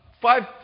five